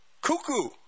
cuckoo